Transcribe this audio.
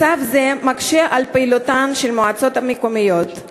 מצב זה מקשה על פעילותן של המועצות המקומיות.